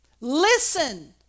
Listen